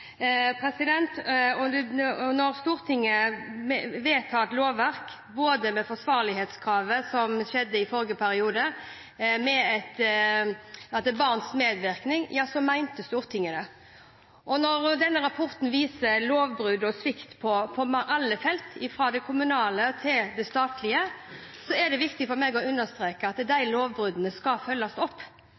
– og når Stortinget vedtar et lovverk med forsvarlighetskrav, slik som det skjedde i forrige periode knyttet til barns rett til medvirkning, så mener Stortinget det. Og når denne rapporten viser lovbrudd og svikt på alle felt, fra det kommunale til det statlige, er det viktig for meg å understreke at de lovbruddene skal følges opp.